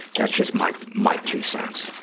that's just my, my two cents.